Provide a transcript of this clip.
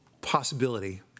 possibility